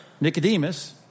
Nicodemus